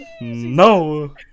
No